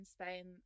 Spain